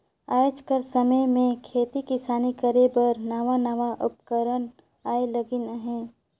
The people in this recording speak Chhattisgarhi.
आएज कर समे में खेती किसानी करे बर नावा नावा उपकरन आए लगिन अहें